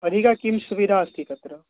अधिका का सुविधा अस्ति तत्र